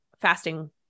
fasting